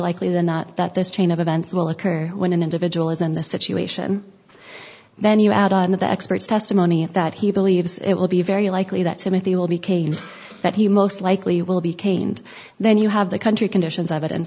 likely than not that this chain of events will occur when an individual is in the situation then you add on the experts testimony at that he believes it will be very likely that timothy will be caned that he most likely will be caned then you have the country conditions evidence